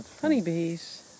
honeybees